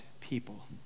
people